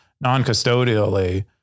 non-custodially